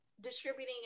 distributing